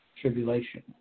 tribulation